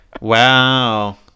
Wow